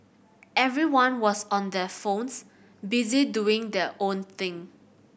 everyone was on their phones busy doing their own thing